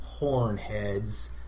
hornheads